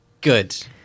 good